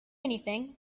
anything